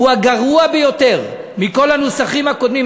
"הוא הגרוע ביותר מכל הנוסחים הקודמים",